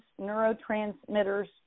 neurotransmitters